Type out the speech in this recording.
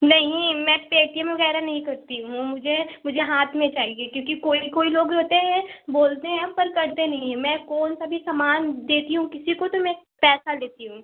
नही मैं पेटीएम वगैरह नहीं करती हूँ मुझे मुझे हाथ में चाहिए क्योंकि कोई कोई लोग होते हैं बोलते हैं पर करते नहीं हैं मैं कौन सा भी समान देती हूँ किसी को तो में पैसा लेती हूँ